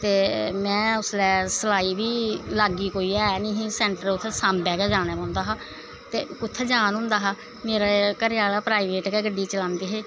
ते में बी सलाई लैग्गी उसलै कोई है नेंई हा सैंटर उत्थें सांबै गा जाना पौंदा हा ते कुत्थें जान होंहा हा मेरे घरे आह्ले प्राईवेट गै गड्डी चलांदे हे